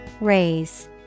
Raise